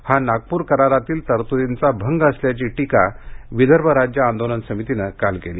हा नागपूर करारातील तरतुदींचा भंग असल्याची टीका विदर्भ राज्य आंदोलन समितीनं काल केली